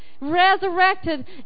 Resurrected